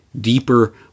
deeper